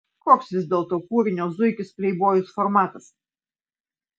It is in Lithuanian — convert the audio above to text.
koks vis dėlto kūrinio zuikis pleibojus formatas